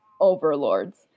overlords